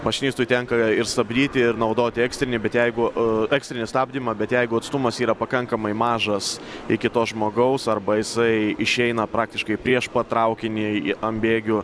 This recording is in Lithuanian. mašinistui tenka ir stabdyti ir naudoti ekstinį bet jeigu ekstrinį stabdymą bet jeigu atstumas yra pakankamai mažas iki to žmogaus arba jisai išeina praktiškai prieš pat traukinį į an bėgių